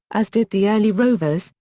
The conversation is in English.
as did the early rovers,